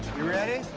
you ready?